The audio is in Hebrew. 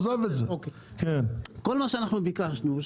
כל מה שביקשנו,